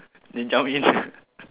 then jump in